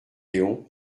léon